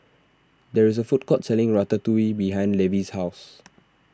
there is a food court selling Ratatouille behind Levie's house